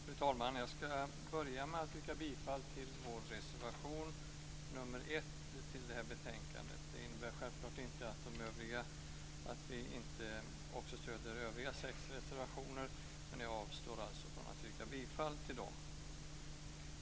Fru talman! Jag skall börja med att yrka bifall till vår reservation nr 1 till detta betänkande. Det innebär självklart inte att vi inte stöder övriga sex reservationer, men jag avstår från att yrka bifall till dem.